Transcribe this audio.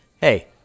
hey